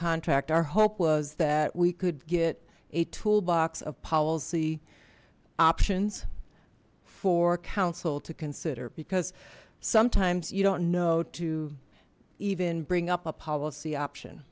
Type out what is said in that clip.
contract our hope was that we could get a toolbox of policy options for council to consider because sometimes you don't know to even bring up a policy option